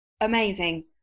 Amazing